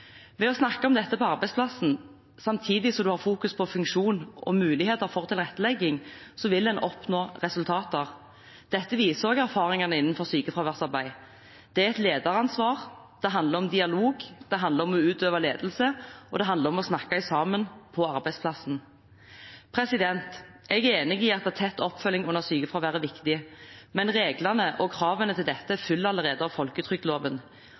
Ved å snakke om dette på arbeidsplassen, samtidig som en fokuserer på funksjon og muligheter for tilrettelegging, vil en oppnå resultater. Dette viser også erfaringene innenfor sykefraværsarbeid. Det er et lederansvar. Det handler om dialog. Det handler om å utøve ledelse. Og det handler om å snakke sammen på arbeidsplassen. Jeg er enig i at tett oppfølging under sykefravær er viktig, men reglene og kravene til dette følger allerede av folketrygdloven,